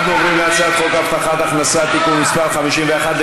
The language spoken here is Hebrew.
אנחנו עוברים להצעת חוק הצעת חוק הבטחת הכנסה (תיקון מס' 51),